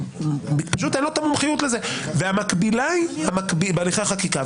פשוט אין לו את המומחיות לזה בהליכי החקיקה.